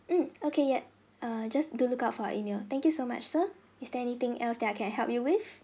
mm okay yet err just do look out for our email thank you so much sir is there anything else that I can help you with